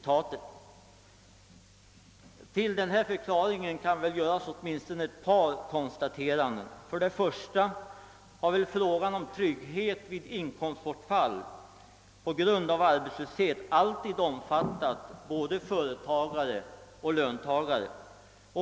Till denna förklaring kan göras åtminstone ett par kommentarer. För det första har väl frågan om trygghet vid inkomstbortfall på grund av arbetslöshet alltid omfattat både företagare och löntagare.